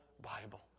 Bible